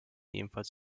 ebenfalls